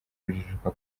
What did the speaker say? kujijuka